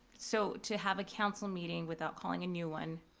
so, to have a council meeting without calling a new one,